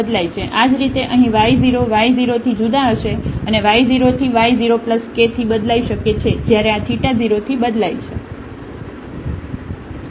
આ જ રીતે અહીં y 0 y 0 થી જુદા હશે અથવા y 0 થી y 0 k થી બદલાઇ શકે છે જ્યારે આ θ 0 થી બદલાય છે